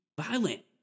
violent